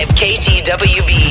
ktwb